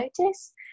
notice